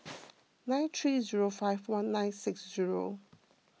nine three zero five one nine six zero